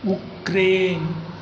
Ukraine